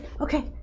okay